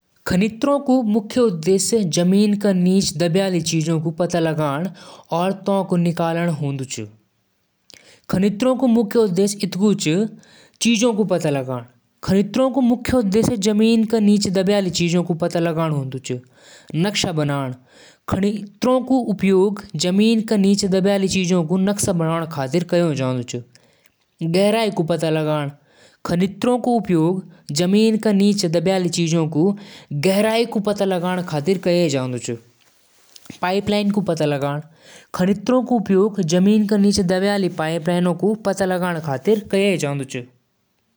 डिशवॉशर एक मशीन होली जैं म बर्तन धोणु होलु। बर्तन अंदर रखदु, फिर पानी और डिटर्जेंट डालदु। मशीन अंदर गर्म पानी छिड़कदु और गंदगी साफ करदु। बाद म साफ पानी स बर्तन धोदी और सुखादु। माणस क समय बचण म मदद करदु।